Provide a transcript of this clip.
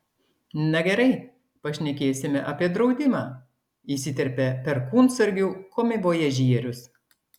na gerai pašnekėsime apie draudimą įsiterpė perkūnsargių komivojažierius